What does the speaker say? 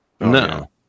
No